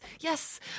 yes